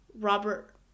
Robert